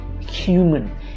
human